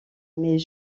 mais